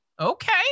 okay